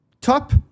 top